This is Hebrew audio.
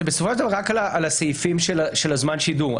זה בסופו של דבר רק על הסעיפים של זמן השידור.